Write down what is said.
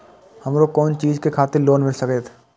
हमरो कोन चीज के खातिर लोन मिल संकेत?